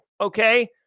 Okay